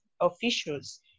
officials